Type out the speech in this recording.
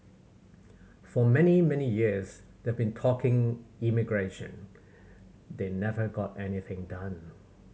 for many many years they've been talking immigration they never got anything done